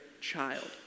child